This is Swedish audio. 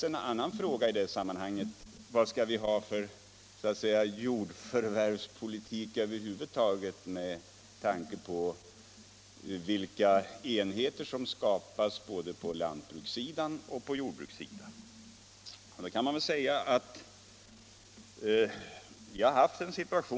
En annan fråga i sammanhanget är naturligtvis vad vi över huvud taget skall ha för jordförvärvspolitik med tanke på vilka enheter som skapas både på lantbrukssidan och på skogsbrukssidan.